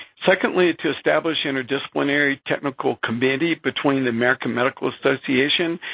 secondly, to establish interdisciplinary technical community between the american medical association,